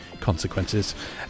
consequences